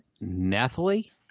Nathalie